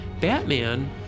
Batman